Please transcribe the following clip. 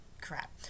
crap